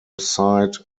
sight